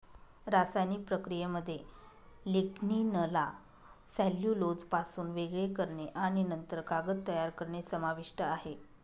रासायनिक प्रक्रियेमध्ये लिग्निनला सेल्युलोजपासून वेगळे करणे आणि नंतर कागद तयार करणे समाविष्ट आहे